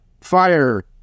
Fire